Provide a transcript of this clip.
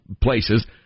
places